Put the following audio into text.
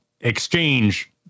exchange